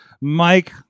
mike